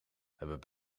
hebben